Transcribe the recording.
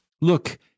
Look